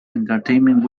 entertainment